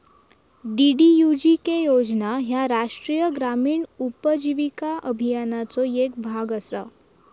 DDUGK योजना ह्या राष्ट्रीय ग्रामीण उपजीविका अभियानाचो येक भाग असा